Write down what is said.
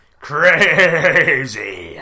crazy